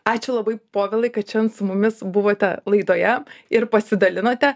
ačiū labai povilai kad šian su mumis buvote laidoje ir pasidalinote